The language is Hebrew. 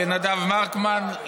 לנדב מרקמן,